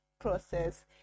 process